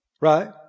Right